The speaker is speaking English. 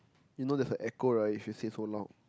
you know there's the echo right if you say so loud